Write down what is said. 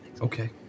Okay